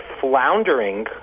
floundering